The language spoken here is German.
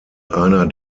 einer